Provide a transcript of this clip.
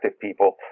people